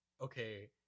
okay